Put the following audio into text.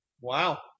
Wow